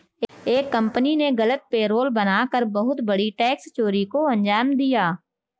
एक कंपनी ने गलत पेरोल बना कर बहुत बड़ी टैक्स चोरी को अंजाम दिया